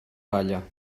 palla